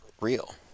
real